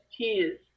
tears